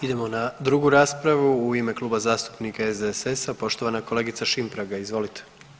Idemo na 2. raspravu u ime Kluba zastupnika SDSS-a poštovana kolegica Šimpraga, izvolite.